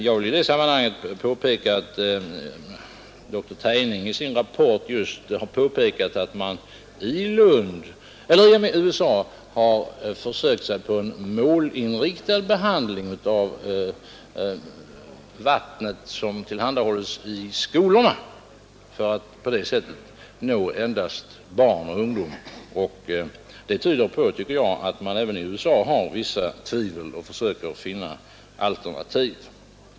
Jag vill i det sammanhanget påpeka att dr Tejning i sin rapport just har framhållit att man i USA har försökt sig på en målinriktad behandling genom att anrika det vatten som tillhandahålles i skolorna för att på det sättet nå endast barn och ungdom. Jag tycker att detta tyder på att man även i USA hyser vissa tvivel och försöker finna alternativ.